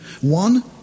One